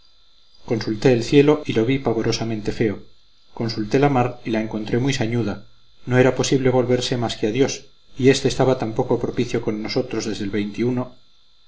consulté el cielo y lo vi pavorosamente feo consulté la mar y la encontré muy sañuda no era posible volverse más que a dios y éste estaba tan poco propicio con nosotros desde el